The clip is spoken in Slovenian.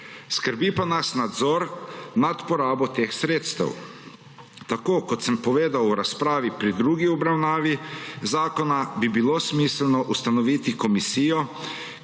Skrbi pa nas nadzor nad porabo teh sredstev. Kot sem povedal v razpravi pri drugi obravnavi zakona, bi bilo smiselno ustanoviti komisijo,